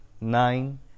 nine